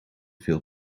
veel